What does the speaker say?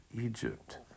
Egypt